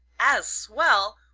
as swell?